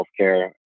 Healthcare